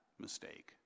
mistake